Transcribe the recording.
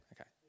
okay